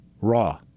raw